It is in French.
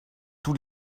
tous